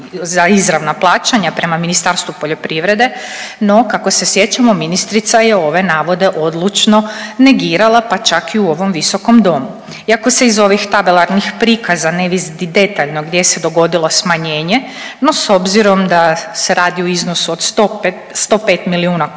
za izravna plaćanja prema Ministarstvu poljoprivrede no kako se sjećamo ministrica je ove navode odlučno negirala pa čak i u ovom visokom domu. Iako se iz ovih tabelarnih prikaza ne vidi detaljno gdje se dogodilo smanjenje, no s obzirom da se radi o iznosu od 105 milijuna kuna